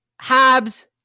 Habs